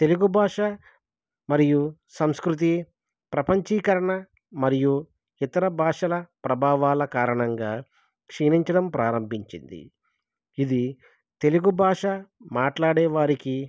తెలుగు భాష మరియు సంస్కృతి ప్రపంచీకరణ మరియు ఇతర భాషల ప్రభావాల కారణంగా క్షీణించడం ప్రారంభించింది ఇది తెలుగు భాష మాట్లాడే వారికి